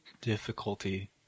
difficulty